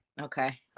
okay